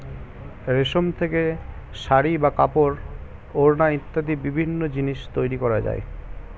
রেশম থেকে শাড়ী বা কাপড়, ওড়না ইত্যাদি বিভিন্ন জিনিস তৈরি করা যায়